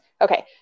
Okay